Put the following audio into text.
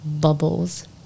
bubbles